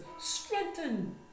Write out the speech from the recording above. strengthen